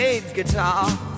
guitar